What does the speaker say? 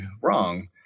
wrong